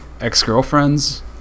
ex-girlfriends